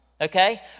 Okay